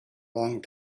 long